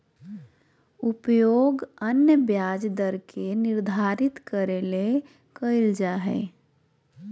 उपयोग अन्य ब्याज दर के निर्धारित करे ले कइल जा हइ